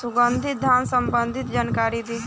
सुगंधित धान संबंधित जानकारी दी?